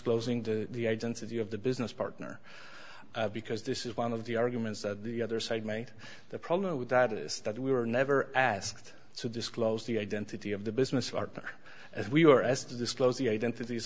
closing the identity of the business partner because this is one of the arguments that the other side made the problem with that is that we were never asked to disclose the identity of the business are as we were asked disclose the identities